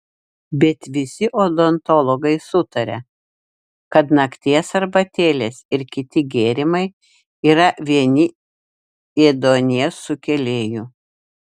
bet visi odontologai sutaria kad nakties arbatėlės ir kiti gėrimai yra vieni ėduonies sukėlėjų